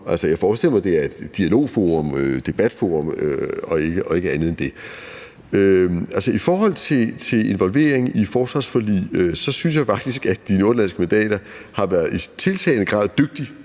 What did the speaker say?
Jeg forestiller mig, at det er et dialogforum, debatforum og ikke andet end det. I forhold til involvering i forsvarsforlig synes jeg faktisk, at de nordatlantiske mandater har været i tiltagende grad dygtige